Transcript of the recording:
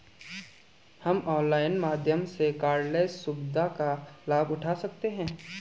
हम ऑनलाइन माध्यम से कॉर्डलेस सुविधा का लाभ उठा सकते हैं